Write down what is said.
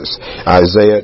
Isaiah